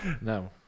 no